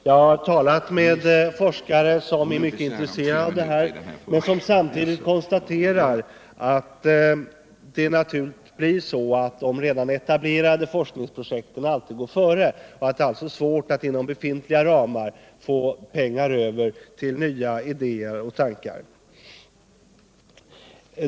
Jag har talat med forskare som är mycket intresserade, men som samtidigt konstaterar att det naturligtvis blir så att de redan etablerade forskningsprojekten alltid går före och att det alltså inom befintliga ramar är svårt att få pengar över till att omsätta nya idéer och tankar i praktisk handling.